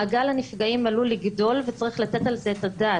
מעגל הנפגעים עלול לגדול וצריך לתת על זה את הדעת,